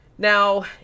Now